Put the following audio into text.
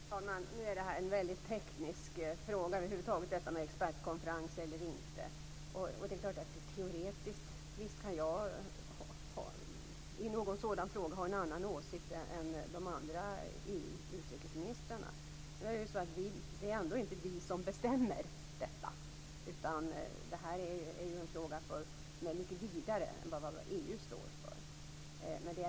Herr talman! Detta med en expertkonferens är en väldigt teknisk fråga över huvud taget. Det är klart att jag teoretiskt sett i någon sådan fråga kan ha en annan åsikt än de andra EU-utrikesministrarna. Men det är ändå inte vi som bestämmer detta, utan det är en fråga som är mycket vidare än vad EU står för.